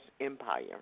empire